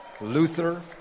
Luther